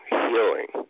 healing